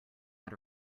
out